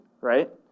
right